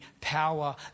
power